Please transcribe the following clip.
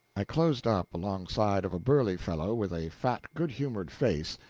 i closed up alongside of a burly fellow with a fat good-humored face,